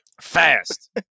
fast